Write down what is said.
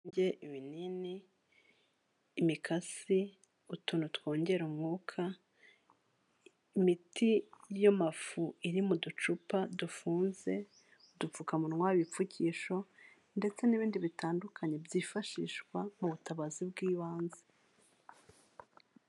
Mu ibinini imikasi utuntu twongera umwuka, imiti y'amafu iri mu ducupa dufunze, udupfukamunwa, ibipfukisho, ndetse n'ibindi bitandukanye byifashishwa mu butabazi bw'ibanze.